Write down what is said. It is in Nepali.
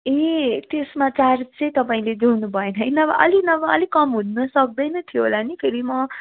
ए त्यसमा चार्ज चाहिँ तपाईँले जोड्नु भएन है नभए अलि नभए अलि कम हुन सक्दैन थियो होला नि फेरि म